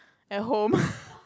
at home